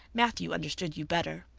matthew understood you better.